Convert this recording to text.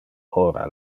hora